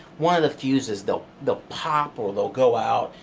one of the fuses, they'll they'll pop or they'll go out.